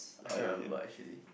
I can't remember actually